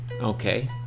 okay